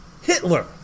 Hitler